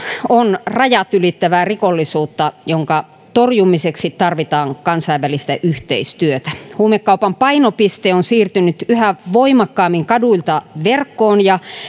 on rajat ylittävää rikollisuutta jonka torjumiseksi tarvitaan kansainvälistä yhteistyötä huumekaupan painopiste on siirtynyt yhä voimakkaammin kaduilta verkkoon ja